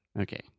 Okay